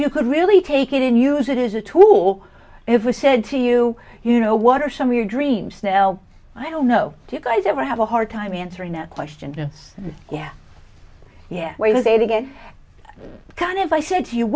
you could really take it and use it as a tool if we said to you you know what are some of your dreams nell i don't know do you guys ever have a hard time answering that question yeah yeah where was it again kind of i said